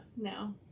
No